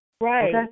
Right